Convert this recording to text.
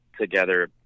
together